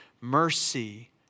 mercy